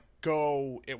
go